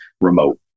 remote